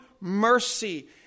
mercy